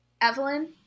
Evelyn